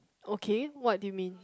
okay what do you mean